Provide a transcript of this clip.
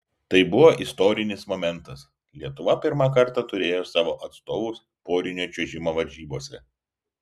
tai buvo istorinis momentas lietuva pirmą kartą turėjo savo atstovus porinio čiuožimo varžybose